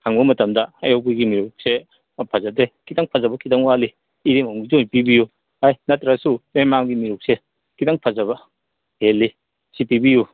ꯍꯪꯕ ꯃꯇꯝꯗ ꯑꯌꯣꯛꯄꯒꯤ ꯃꯦꯔꯨꯛꯁꯦ ꯐꯖꯗꯦ ꯈꯤꯇꯪ ꯐꯖꯕ ꯈꯤꯇꯪ ꯋꯥꯠꯂꯤ ꯏꯔꯦꯡꯕꯝꯒꯤꯁꯤ ꯑꯣꯏ ꯄꯤꯕꯤꯌꯨ ꯍꯥꯏ ꯅꯠꯇ꯭ꯔꯁꯨ ꯃꯦꯔꯨꯛꯁꯦ ꯈꯤꯇꯪ ꯐꯖꯕ ꯍꯦꯜꯂꯤ ꯁꯤ ꯄꯤꯕꯤꯌꯨ